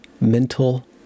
mental